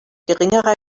geringerer